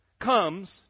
Comes